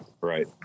Right